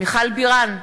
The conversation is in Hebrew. מיכל בירן,